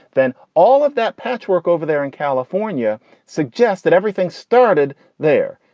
then all of that patchwork over there in california suggests that everything started there.